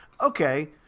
Okay